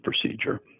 procedure